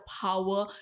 power